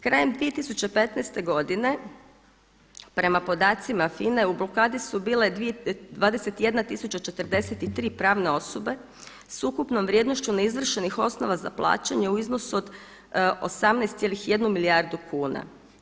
Krajem 2015. godine prema podacima FINA-e u blokadi su bile 21043 pravne osobe s ukupnom vrijednošću neizvršenih osnova za plaćanje u iznosu od 18,1 milijardi kuna.